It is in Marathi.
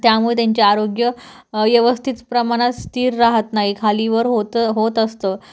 त्यामुळे त्यांचे आरोग्य व्यवस्थित प्रमाणात स्थिर राहत नाही खाली वर होतं होत असतं